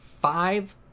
five